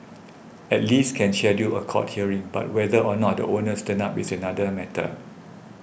at least can schedule a court hearing but whether or not the owners turn up is another matter